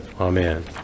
Amen